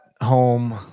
home